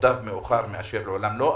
מוטב מאוחר מאשר לעולם לא.